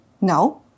No